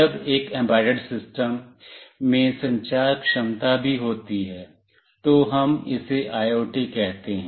जब एक embedded system में संचार क्षमता भी होती है तो हम इसे आईओटी कहते हैं